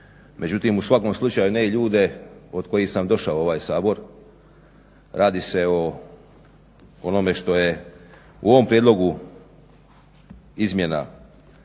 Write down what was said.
međutim u svakom slučaju ne i ljude od kojih sam došao u ovaj Sabor, radi se o onome što je u ovom prijedlogu izmjena